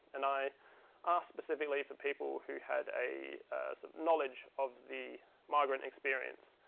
and i asked specifically for people who had a knowledge of the migrant experience.